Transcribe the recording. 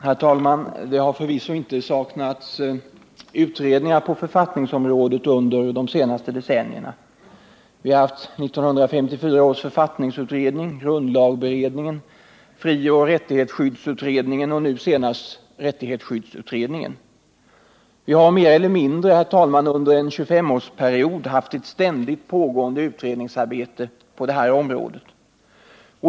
Herr talman! Det har förvisso inte saknats utredningar på författningsområdet under de senaste decennierna. Vi har haft 1954 års författningsutredning, grundlagberedningen, frioch rättighetsutredningen och nu senast rättighetsskyddsutredningen. Vi har mer eller mindre, herr talman, under en 25-årsperiod haft ett ständigt pågående utredningsarbete på det här området.